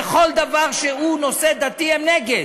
בכל דבר שהוא נושא דתי הם נגד.